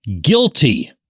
guilty